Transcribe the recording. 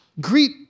greet